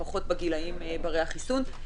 לפחות בגילים ברי החיסון.